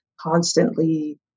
constantly